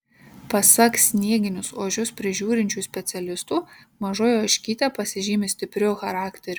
pasak snieginius ožius prižiūrinčių specialistų mažoji ožkytė pasižymi stipriu charakteriu